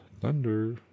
Thunder